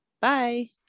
bye